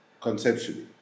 conceptually